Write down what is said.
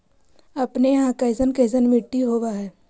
अपने यहाँ कैसन कैसन मिट्टी होब है?